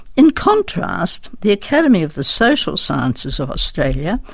in contrast the academy of the social sciences of australia,